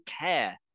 care